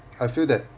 I feel that